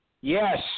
Yes